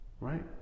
Right